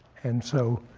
and so